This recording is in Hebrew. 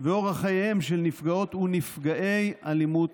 ואורח חייהם של נפגעות ונפגעי אלימות.